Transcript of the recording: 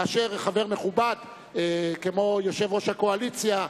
כאשר חבר מכובד כמו יושב-ראש הקואליציה,